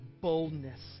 boldness